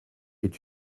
est